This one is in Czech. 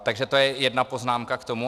Takže to je jedna poznámka k tomu.